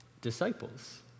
disciples